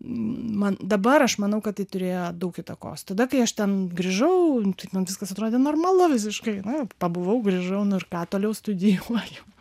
man dabar aš manau kad tai turėjo daug įtakos tada kai aš ten grįžau man viskas atrodė normalu visiškai na pabuvau grįžau nu ir ką toliau studijuoju